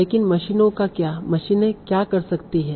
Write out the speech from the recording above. लेकिन मशीनों का क्या मशीनें क्या कर सकती हैं